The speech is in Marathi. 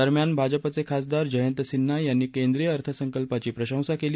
दरम्यान भाजपचे खासदार जयंत सिन्हा यांनी केंद्रीय अर्थसंकल्पाची प्रशंसा केली